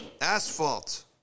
asphalt